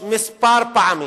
כמה פעמים,